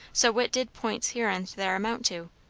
so what did points here and there amount to?